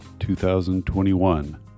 2021